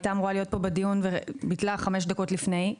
הייתה אמורה להיות פה וביטלה חמש דקות לפני הדיון.